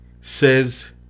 says